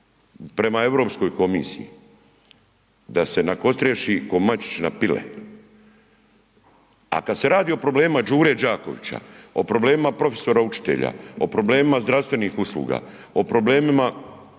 prema Europskoj komisiji, da se nakostriši ko mačić na pile, a kad se radi o problemima Đure Đakovića, o problemima profesora učitelja, o problemima zdravstvenih usluga, o problemima